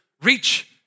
reach